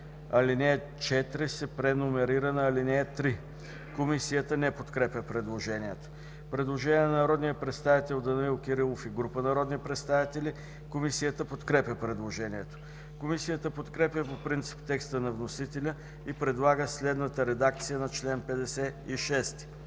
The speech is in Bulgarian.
Алинея 4 се преномерира на ал. 3.” Комисията не подкрепя предложението. Предложение на народния представител Данаил Кирилов и група народни представители. Комисията подкрепя предложението. Комисията подкрепя по принцип текста на вносителя и предлага следната редакция на чл. 56: